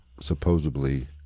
supposedly